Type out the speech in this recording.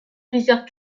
plusieurs